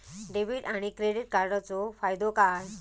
Debit आणि credit कार्डचो फायदो काय?